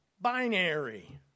binary